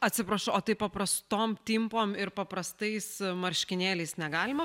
atsiprašau o tai paprastom timpom ir paprastais marškinėliais negalima